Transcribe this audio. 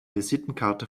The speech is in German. visitenkarte